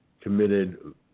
committed